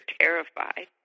terrified